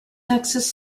texas